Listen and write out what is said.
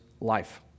life